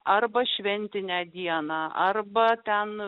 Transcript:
arba šventinę dieną arba ten